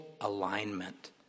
alignment